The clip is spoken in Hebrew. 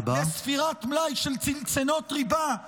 לספירת מלאי של צנצנות ריבה -- תודה רבה.